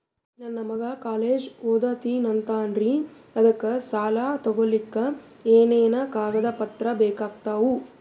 ನನ್ನ ಮಗ ಕಾಲೇಜ್ ಓದತಿನಿಂತಾನ್ರಿ ಅದಕ ಸಾಲಾ ತೊಗೊಲಿಕ ಎನೆನ ಕಾಗದ ಪತ್ರ ಬೇಕಾಗ್ತಾವು?